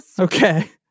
Okay